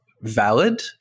valid